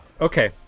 Okay